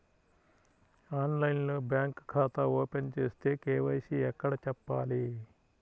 ఆన్లైన్లో బ్యాంకు ఖాతా ఓపెన్ చేస్తే, కే.వై.సి ఎక్కడ చెప్పాలి?